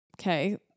okay